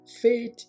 faith